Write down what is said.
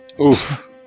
Oof